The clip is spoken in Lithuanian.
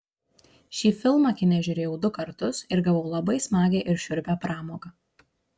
šį filmą kine žiūrėjau du kartus ir gavau labai smagią ir šiurpią pramogą